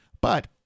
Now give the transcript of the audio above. But-